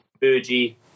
Fuji